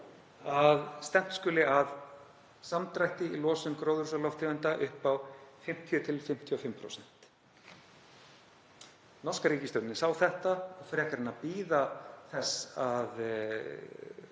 að stefnt skuli að samdrætti í losun gróðurhúsalofttegunda upp á 50–55%. Norska ríkisstjórnin sá þetta og frekar en að bíða þess að